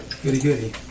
Goody-goody